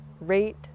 rate